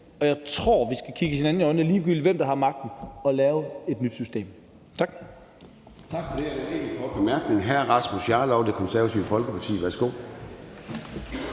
og jeg tror, vi skal kigge hinanden i øjnene, ligegyldig hvem der har magten, og lave et nyt system. Tak.